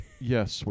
Yes